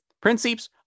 Principes